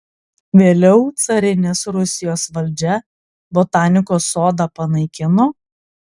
vėliau carinės rusijos valdžia botanikos sodą panaikino